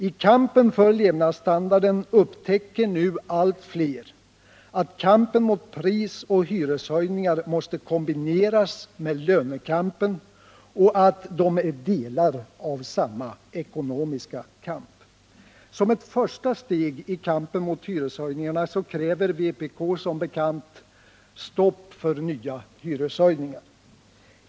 I kampen för levnadsstandarden upptäcker nu allt flera att kampen mot prisoch hyreshöjningar måste kombineras med lönekampen och att de är delar av samma ekonomiska kamp. Som ett första steg i den kampen kräver vpk som bekant stopp för nya hyreshöjningar.